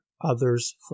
others